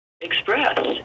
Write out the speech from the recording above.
express